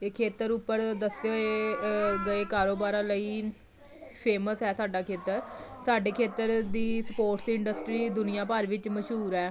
ਇਹ ਖੇਤਰ ਉੱਪਰ ਦੱਸੇ ਹੋਏ ਗਏ ਕਾਰੋਬਾਰਾਂ ਲਈ ਫੇਮਸ ਹੈ ਸਾਡਾ ਖੇਤਰ ਸਾਡੇ ਖੇਤਰ ਦੀ ਸਪੋਰਟਸ ਇੰਡਸਟਰੀ ਦੁਨੀਆ ਭਰ ਵਿੱਚ ਮਸ਼ਹੂਰ ਹੈ